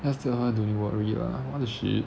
just 叫她 don't need work already lah what the shit